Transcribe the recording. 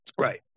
Right